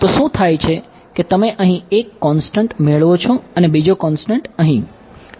તો શું થાય છે કે તમે અહીં એક કોંસ્ટંટ મેળવો છો અને બીજો કોંસ્ટંટ અહીં